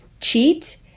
cheat